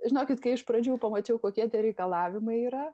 žinokit kai iš pradžių pamačiau kokie tie reikalavimai yra